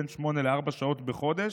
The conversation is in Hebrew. בין שמונה לארבע שעות בחודש,